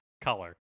color